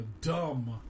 dumb